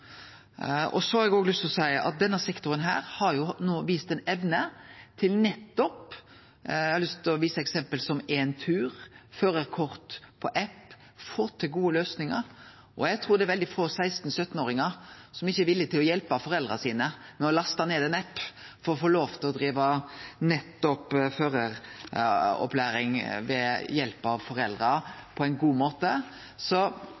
Så har eg òg lyst til å seie at denne sektoren har no vist ei evne til nettopp – og eg har lyst til å vise til eksempel som Entur og førarkort på app – å få til gode løysingar. Eg trur det er veldig få 16–17-åringar som ikkje er villige til å hjelpe foreldra sine med å laste ned ein app for å få lov til å drive føreropplæring ved hjelp av foreldra på ein god måte. Så